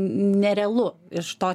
nerealu iš to